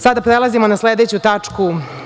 Sada prelazimo na sledeću tačku.